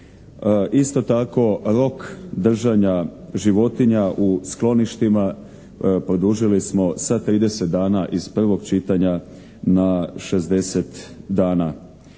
Isto tako rok držanja životinja u skloništima produžili smo sa 30 dana iz prvog čitanja na 60 dana.